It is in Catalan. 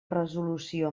resolució